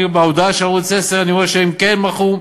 בהודעה של ערוץ 10 אני רואה שהם כן מחו,